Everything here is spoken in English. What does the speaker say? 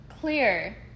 clear